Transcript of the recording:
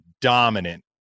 dominant